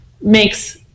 makes